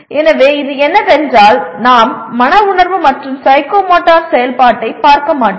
எனவே இது என்னவென்றால் நாம் மன உணர்வு மற்றும் சைக்கோமோட்டர் செயல்பாட்டைப் பார்க்க மாட்டோம்